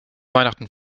weihnachten